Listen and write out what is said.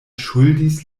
ŝuldis